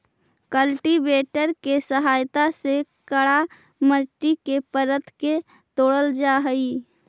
cultivator के सहायता से कड़ा मट्टी के परत के तोड़ल जा हई